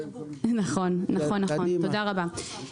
עוד